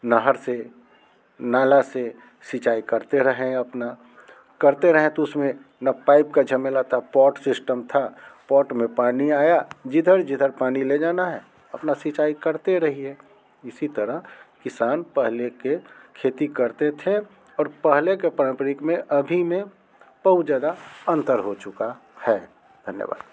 नहर से नाले से सिंचाई करते रहें अपना करते रहें तो उस में ना पाइप का झमेला था पॉट सिस्टम था पॉट में पानी आया जिधर जिधर पानी ले जाना है अपना सिंचाई करते रहिए इसी तरह किसान पहले के खेती करते थे और पहले के पारम्परिक में अभी में बहुत ज़्यादा अंतर हो चुका है धन्यवाद